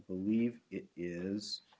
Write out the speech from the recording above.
believe it is